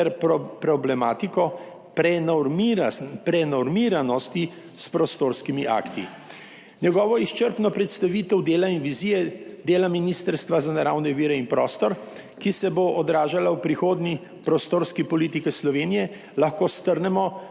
problematiko prenormiranosti s prostorskimi akti. Njegovo izčrpno predstavitev dela in vizije dela Ministrstva za naravne vire in prostor, ki se bo odražala v prihodnji prostorski politiki Slovenije, lahko strnemo